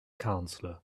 counselor